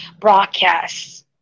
broadcasts